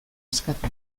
eskatu